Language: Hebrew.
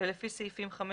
ולפי סעיפים 5,